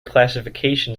classification